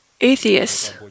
atheists